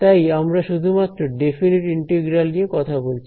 তাই আমরা শুধুমাত্র ডেফিনিট ইন্টিগ্রাল নিয়ে কথা বলছি